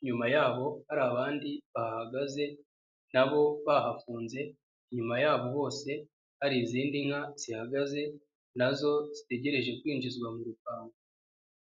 inyuma y'aho hari abandi bahagaze na bo bahafunze, inyuma y'aho hose hari izindi nka zihagaze na zo zitegereje kwinjizwa mu rupangu.